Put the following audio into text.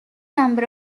number